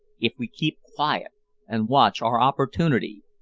if we keep quiet and watch our opportunity,